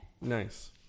Nice